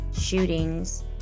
shootings